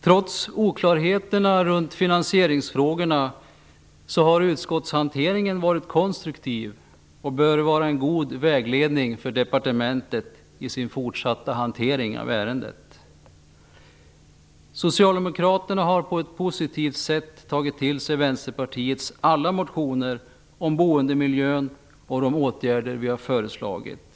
Trots oklarheterna kring finansieringsfrågorna har utskottshanteringen varit konstruktiv. Den bör vara en god vägledning för departementet vid den fortsatta hanteringen av ärendet. Socialdemokraterna har på ett positivt sätt tagit till sig alla Vänsterpartiets motioner om boendemiljön och de åtgärder som vi har föreslagit.